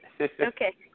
Okay